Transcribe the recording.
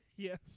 Yes